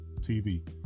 TV